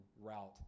route